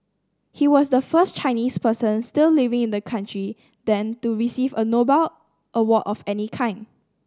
he was the first Chinese person still living in the country then to receive a Nobel award of any kind